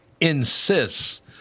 insists